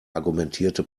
argumentierte